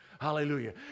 Hallelujah